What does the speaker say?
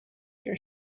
your